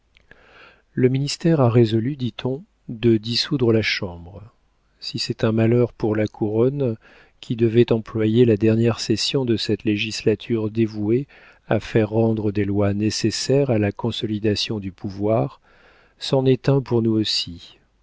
le ministère a résolu dit-on de dissoudre la chambre si c'est un malheur pour la couronne qui devait employer la dernière session de cette législature dévouée à faire rendre des lois nécessaires à la consolidation du pouvoir c'en est un pour nous aussi